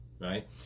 Right